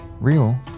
real